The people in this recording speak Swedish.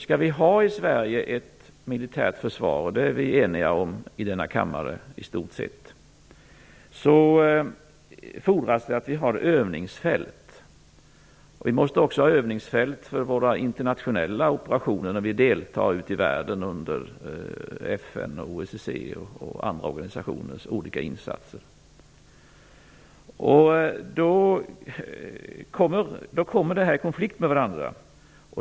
Skall vi i Sverige ha ett militärt försvar - och det är vi i denna kammare i stort sett eniga om - fordras det att vi har övningsfält. Vi måste också ha övningsfält för våra internationella operationer, där vi deltar ute i världen i FN:s, OSSE:s och andra organisationers olika insatser. De olika intressena kommer i konflikt med varandra.